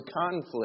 conflict